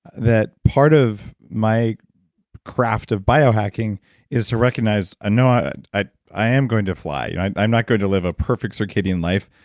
that part of my craft of biohacking is to recognize ah i i am going to fly. i'm not going to live a perfect circadian life,